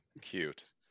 Cute